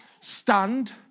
stand